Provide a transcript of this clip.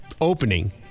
Opening